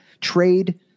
Trade